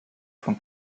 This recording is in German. von